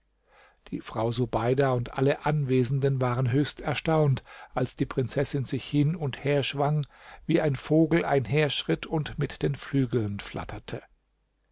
die frau subeida und alle anwesenden waren höchst erstaunt als die prinzessin sich hin und her schwang wie ein vogel einherschritt und mit den flügeln flatterte